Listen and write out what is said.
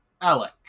Alec